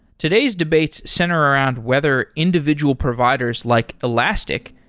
today's debates center around whether individual providers, like elastic,